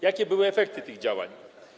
Jakie były efekty tych działań?